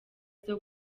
izo